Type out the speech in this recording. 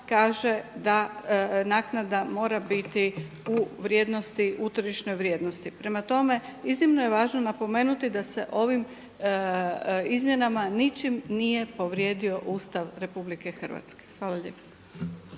kaže da naknada mora biti u tržišnoj vrijednosti. Prema tome, iznimno je važno napomenuti da se ovim izmjenama ničim nije povrijedio Ustav RH. Hvala lijepo.